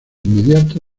inmediato